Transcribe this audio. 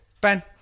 Ben